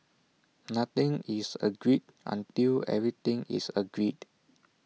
nothing is agreed until everything is agreed